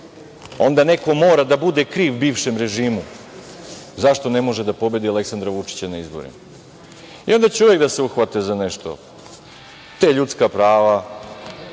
onda neko mora da bude kriv bivšem režimu zašto ne može da pobedi Aleksandra Vučića na izborima. Onda će uvek da se uhvate za nešto. Te ljudska prava,